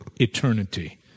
eternity